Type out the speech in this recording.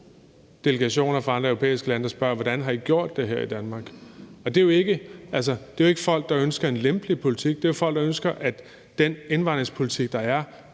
delegationer fra andre europæiske lande, der spørger: Hvordan har I gjort det her i Danmark? Og det er jo ikke folk, der ønsker en lempelig politik; det er folk, der ønsker, at den indvandringspolitik, der er,